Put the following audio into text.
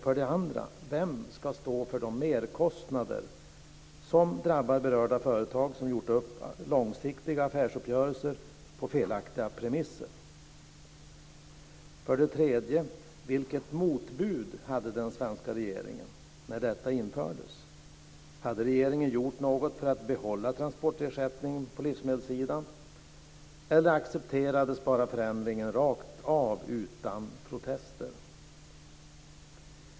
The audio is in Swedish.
För det andra: Vem ska stå för de merkostnader som drabbar berörda företag som gjort upp långsiktiga affärsuppgörelser på felaktiga premisser? För det tredje: Vilket motbud hade den svenska regeringen när detta infördes? Hade regeringen gjort något för att behålla transportersättningen på livsmedelssidan, eller accepterades förändringen bara rakt av utan protester?